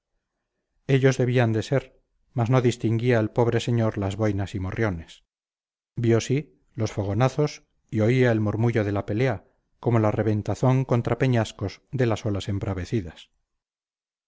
ellos debían de ser mas no distinguía el pobre señor las boinas y morriones vio sí los fogonazos y oía el murmullo de la pelea como la reventazón contra peñascos de las olas embravecidas